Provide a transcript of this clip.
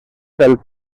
pel